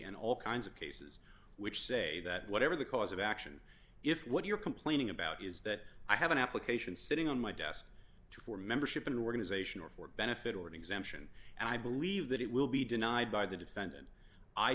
and all kinds of cases which say that whatever the cause of action if what you're complaining about is that i have an application sitting on my desk too for membership in an organization or for benefit or an exemption and i believe that it will be denied by the defendant i